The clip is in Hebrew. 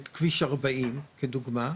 את כביש 40 כדוגמא,